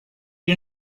you